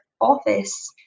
office